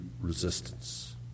resistance